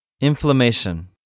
Inflammation